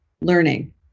learning